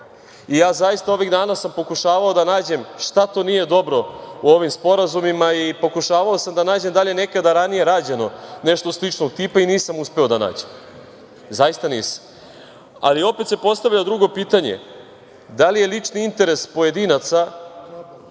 Ja sam zaista ovih dana pokušavao da nađem šta to nije dobro u ovim sporazumima i pokušavao sam da nađem da li je nekada ranije rađeno nešto sličnog tipa. Nisam uspeo da nađem. Zaista nisam. Opet se postavlja drugo pitanje - da li lični interes pojedinaca